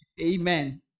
Amen